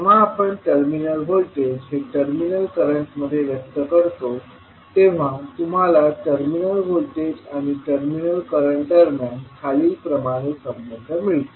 जेव्हा आपण terminal voltage हे टर्मिनल करंट मध्ये व्यक्त करतो तेव्हा तुम्हाला टर्मिनल व्होल्टेज आणि टर्मिनल करंट दरम्यान खालीलप्रमाणे संबंध मिळेल